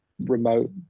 remote